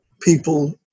people